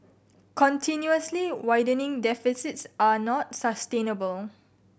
continuously widening deficits are not sustainable